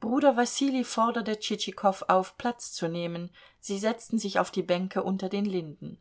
bruder wassilij forderte tschitschikow auf platz zu nehmen sie setzten sich auf die bänke unter den linden